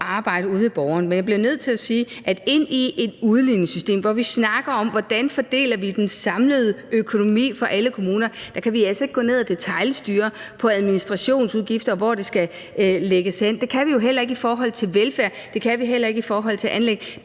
arbejde ude ved borgerne. Men jeg bliver nødt til at sige, at i et udligningssystem, hvor vi snakker om, hvordan vi fordeler den samlede økonomi for alle kommuner, kan vi altså ikke gå ind og detailstyre administrationsudgifter og sige, hvor de skal lægges; det kan vi jo heller ikke i forhold til velfærd, det kan vi heller ikke i forhold til anlæg.